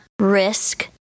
risk